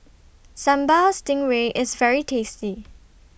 Sambal Stingray IS very tasty